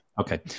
Okay